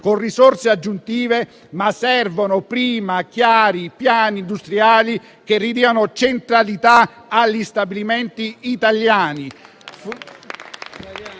con risorse aggiuntive, ma servono prima chiari piani industriali, che restituiscano centralità agli stabilimenti italiani.